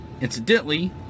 incidentally